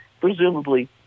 presumably